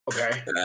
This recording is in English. Okay